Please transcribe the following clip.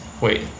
Wait